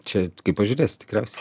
čia kaip pažiūrėsi tikriausiai